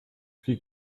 kriege